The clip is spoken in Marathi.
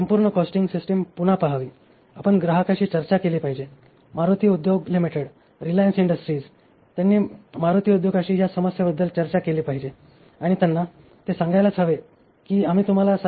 आपण संपूर्ण कॉस्टिंग सिस्टीम पुन्हा पाहावी आपण ग्राहकाशी चर्चा केली पाहिजे Maruti Udyog limited Reliance Industries त्यांनी मारुती उद्योगाशी या समस्येबद्दल चर्चा केली पाहिजे आणि त्यांना ते सांगायलाच हवे की आम्ही तुम्हाला 7